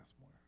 more